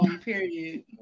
period